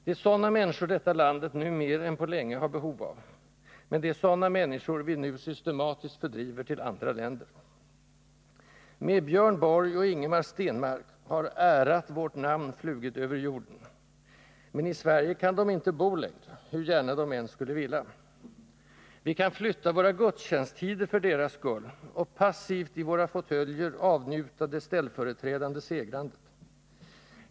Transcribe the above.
Det är sådana människor detta land nu mer än på länge har behov av, men det är sådana människor vi systematiskt fördriver till andra länder. Med Björn Borg och Ingemar Stenmark har ärat vårt namn flugit över jorden. Men i Sverige kan de inte bo längre, hur gärna de än skulle vilja. Vi kan flytta våra gudstjänsttider för deras skull och passivt i våra fåtöljer avnjuta det ställföreträdande segrandet.